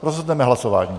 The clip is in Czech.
Rozhodneme hlasováním.